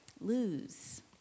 lose